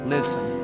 Listen